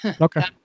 Okay